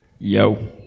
yo